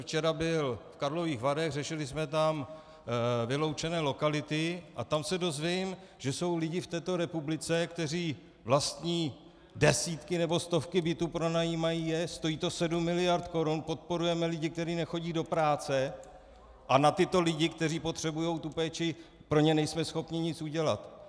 Včera jsem byl v Karlových Varech, řešili jsme tam vyloučené lokality, a tam se dozvím, že jsou lidé v této republice, kteří vlastní desítky nebo stovky bytů, pronajímají je, stojí to sedm miliard korun, podporujeme lidi, kteří nechodí do práce, a pro tyto lidi, kteří potřebují péči, pro ně nejsme schopni nic udělat.